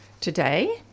Today